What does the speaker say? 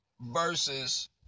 versus